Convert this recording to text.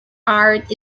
art